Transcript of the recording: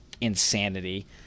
insanity